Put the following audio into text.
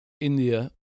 India